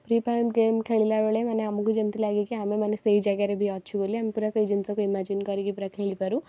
free Fire game ଖେଳିଲା ବେଳେ ମାନେ ଆମକୁ ଯେମିତି ଲାଗେ କି ଆମେମାନେ ସେଇ ଜାଗାରେ ବି ଅଛୁ ବୋଲି ଆମେ ପୂରା ସେଇ ଜିନିଷକୁ ଇମାଜିନ୍ କରିକି ପୂରା ଖେଳିପାରୁ